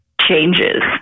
changes